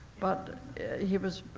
but he was,